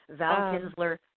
valkinsler